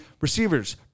receivers